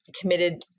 committed